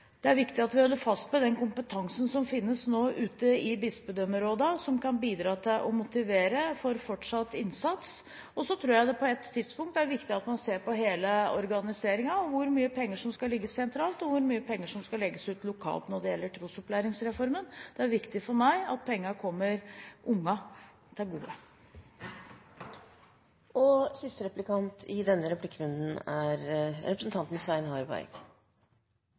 Det er viktig at vi holder fast ved den kompetansen som nå finnes ute i bispedømmerådene, og som kan bidra til å motivere til fortsatt innsats. Jeg tror også det er viktig at man på et tidspunkt ser på hele organiseringen, hvor mye penger som skal ligge sentralt, og hvor mye penger som skal legges ut lokalt, når det gjelder trosopplæringsreformen. Det er viktig for meg at pengene kommer ungene til gode. Jeg har ikke helt lyst å slippe saken vi diskuterte i